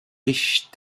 riches